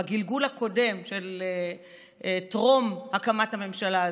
בגלגול הקודם של טרום הקמת הממשלה הזאת,